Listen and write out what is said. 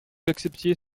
acceptiez